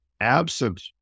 Absent